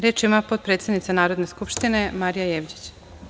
Reč ima potpredsednica Narodne skupštine Marija Jevđić.